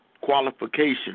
qualification